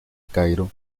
cairo